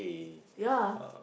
ya